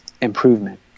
Improvement